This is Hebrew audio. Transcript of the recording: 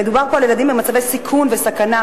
מדובר פה בילדים במצבי סיכון וסכנה,